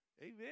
Amen